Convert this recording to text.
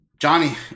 Johnny